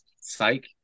Psych